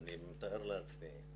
אני מתאר לעצמי.